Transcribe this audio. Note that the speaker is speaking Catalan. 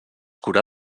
curà